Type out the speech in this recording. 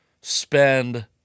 spend